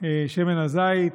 ושמן הזית.